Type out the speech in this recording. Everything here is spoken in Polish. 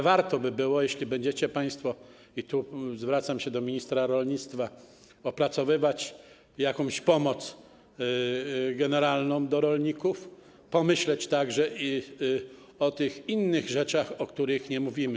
Warto by było, jeśli będziecie państwo, zwracam się do ministra rolnictwa, opracowywać jakąś pomoc generalną dla rolników, pomyśleć także o tych innych rzeczach, o których nie mówimy.